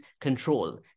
control